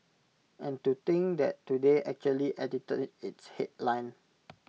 and to think that today actually edited its headline